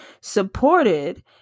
supported